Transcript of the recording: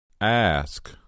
Ask